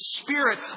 spirit